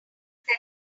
stew